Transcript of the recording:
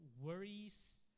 worries